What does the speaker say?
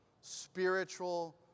spiritual